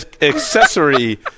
accessory